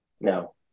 no